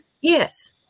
yes